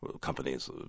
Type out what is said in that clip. companies